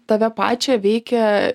tave pačią veikia